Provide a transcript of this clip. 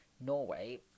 norway